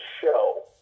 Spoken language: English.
Show